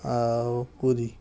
ଆଉ ପୁରୀ